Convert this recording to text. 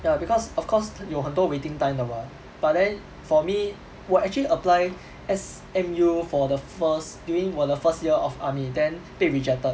ya because of course 有很多 waiting time 的 mah but then for me 我 actually apply S_M_U for the first during 我的 first year of army then 被 rejected